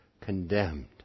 condemned